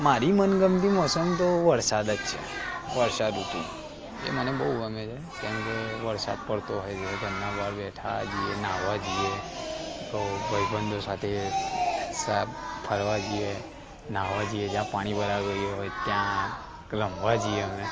મારી મનગમતી મોસમ તો વરસાદ જ છે વર્ષાઋતુ એ મને બહુ ગમે છે કેમ કે વરસાદ પડતો હોય છે ઘરનાં બહાર બેઠાં જઇએ નાહવા જઈએ તો ભાઈબંધો સાથે સા ફરવા જઈએ નાહવા જઈએ જ્યાં પાણી ભરાયું હોય એ હોય ત્યાં ક્લ રમવા જઈએ અમે